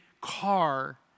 car